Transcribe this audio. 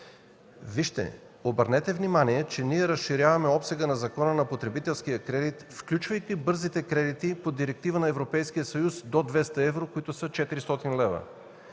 – обърнете внимание, че разширяваме обсега на Закона за потребителския кредит, включвайки бързите кредити по директива на Европейския съюз до 200 евро, които са 400 лв.